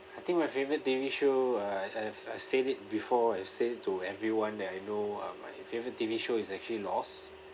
I think my favourite T_V show uh I have I said it before I've said it to everyone that I know uh my favourite T_V show is actually lost